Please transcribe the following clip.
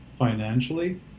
financially